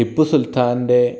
Tipu സുൽത്താൻ്റെ